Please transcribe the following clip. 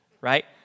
Right